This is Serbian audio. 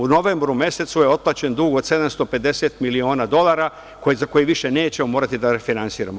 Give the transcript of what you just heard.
U novembru mesecu je otplaćen dug od 750 miliona dolara za koji više nećemo morati da finansiramo.